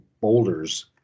boulders